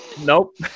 Nope